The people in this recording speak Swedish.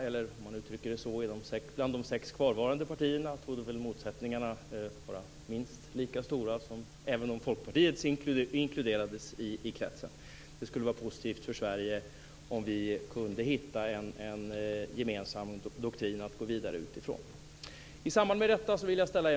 Eller om man uttrycker det så här: Bland de sex kvarvarande partierna torde väl motsättningarna vara minst lika stora som de skulle bli om även Folkpartiet inkluderades i kretsen. Det skulle vara positivt för Sverige om vi kunde hitta en gemensam doktrin att gå vidare utifrån.